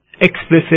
explicit